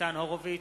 ניצן הורוביץ,